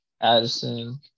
Addison